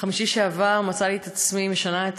ביום חמישי שעבר מצאתי את עצמי משנה את